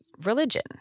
religion